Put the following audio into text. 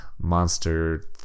monster